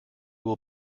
will